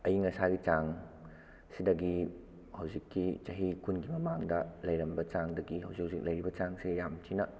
ꯑꯌꯤꯡ ꯑꯁꯥꯒꯤ ꯆꯥꯡꯁꯤꯗꯒꯤ ꯍꯧꯖꯤꯛꯀꯤ ꯆꯍꯤ ꯀꯨꯟꯒꯤ ꯃꯃꯥꯡꯗ ꯂꯩꯔꯝꯕ ꯆꯥꯡꯗꯒꯤ ꯍꯧꯖꯤꯛ ꯍꯧꯖꯤꯛ ꯂꯩꯔꯤꯕ ꯆꯥꯡꯁꯦ ꯌꯥꯝ ꯊꯤꯅ